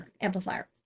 amplifier